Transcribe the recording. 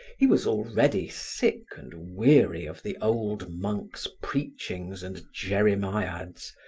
he was already sick and weary of the old monk's preachings and jeremiads,